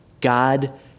God